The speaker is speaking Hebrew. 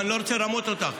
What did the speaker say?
אני לא רוצה לרמות אותך.